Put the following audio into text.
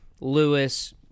Lewis